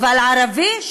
אבל ערבי?